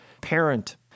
Parent